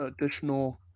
additional